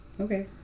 Okay